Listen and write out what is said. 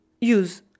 use